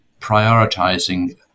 prioritizing